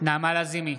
נעמה לזימי,